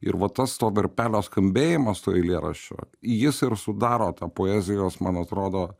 ir va tas to verpelio skambėjimas to eilėraščio jis ir sudaro tą poezijos man atrodo